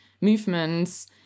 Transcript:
movements